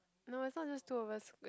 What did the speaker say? no it's not just two of us